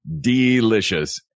delicious